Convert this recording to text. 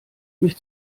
mich